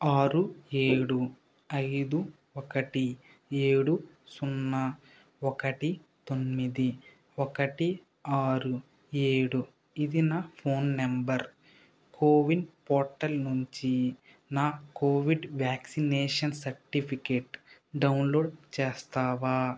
ఆరు ఏడు ఐదు ఒకటి ఏడు సున్నా ఒకటి తొమ్మిది ఒకటి ఆరు ఏడు ఇది నా ఫోన్ నంబర్ కోవిన్ పోర్టల్ నుంచి నా కోవిడ్ వ్యాక్సినేషన్ సర్టిఫికేట్ డౌన్లోడ్ చేస్తావా